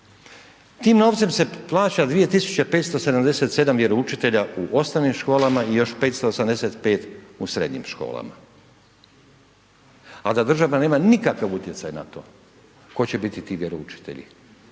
Tim novcem se plaća 2577 vjeroučitelja u osnovnim školama i još 585 u srednjim školama, a da država nema nikakav utjecaj na to tko će biti ti vjeroučitelji,